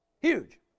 Huge